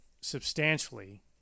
substantially